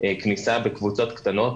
כניסה בקבוצות קטנות,